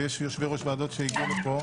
ויש יושבי-ראש ועדות שהגיעו לפה.